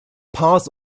paws